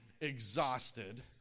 exhausted